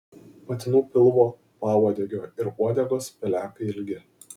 patinų pilvo pauodegio ir uodegos pelekai ilgi